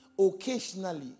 Occasionally